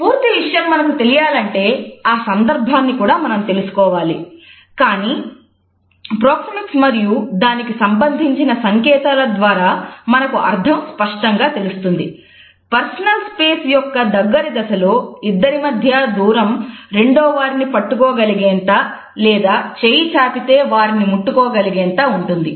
పూర్తి విషయం మనకు తెలియాలంటే ఆ సందర్భాన్ని కూడా మనం తెలుసుకోవాలి కానీ ప్రోక్సెమిక్స్ యొక్క దగ్గరి దశ లో ఇద్దరి మధ్య దూరం రెండో వారిని పట్టుకోగలిగేంత లేదా చేయి చాపితే వారిని ముట్టుకోగలిగేంత ఉంటుంది